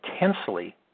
intensely